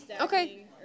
okay